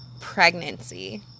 pregnancy